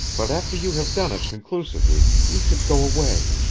but, after you have done it conclusively, you should go away.